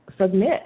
submit